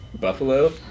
Buffalo